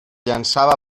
llançava